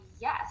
yes